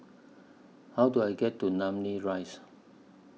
How Do I get to Namly Rise